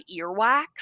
earwax